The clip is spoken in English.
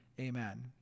Amen